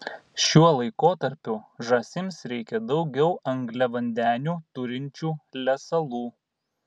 šiuo laikotarpiu žąsims reikia daugiau angliavandenių turinčių lesalų